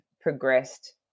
progressed